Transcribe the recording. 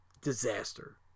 disaster